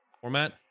format